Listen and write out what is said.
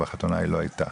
בחתונה היא לא הייתה.